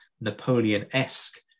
Napoleon-esque